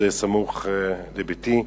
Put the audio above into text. שזה סמוך לביתי.